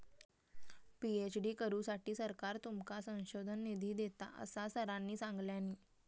PhD करुसाठी सरकार तुमका संशोधन निधी देता, असा सरांनी सांगल्यानी